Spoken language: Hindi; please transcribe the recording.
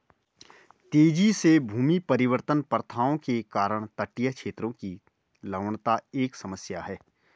तेजी से भूमि परिवर्तन प्रथाओं के कारण तटीय क्षेत्र की लवणता एक समस्या है